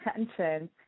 attention